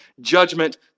judgment